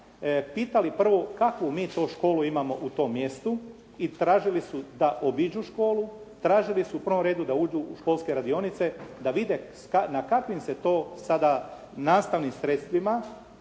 pitali prvo kakvu mi to školu imamo u tom mjestu i tražili su da obiđu školu, tražili su da obiđu školu, tražili su u prvom redu da uđu u školske radionice da vide na kakvim se to sada nastavnim sredstvima,